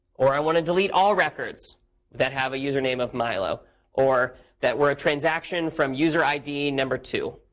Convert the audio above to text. or i want to delete all records that have a username of milo or that were a transaction from user id number two.